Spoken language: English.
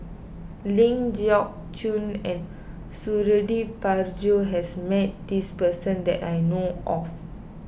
Ling Geok Choon and Suradi Parjo has met this person that I know of